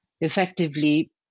effectively